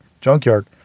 Junkyard